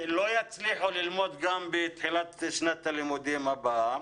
שלא יצליחו ללמוד גם בתחילת שנת הלימודים הבאה.